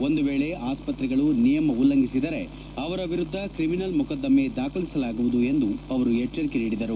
ಒಂದು ವೇಳೆ ಆಸ್ಪತ್ರೆಗಳು ನಿಯಮ ಉಲ್ಲಂಘಿಸಿದರೆ ಅವರ ವಿರುದ್ದ ಕ್ರಿಮಿನಲ್ ಮೊಕದ್ದಮೆ ದಾಖಲಿಸಲಾಗುವುದು ಎಂದು ಅವರು ಎಚ್ಚರಿಕೆ ನೀಡಿದರು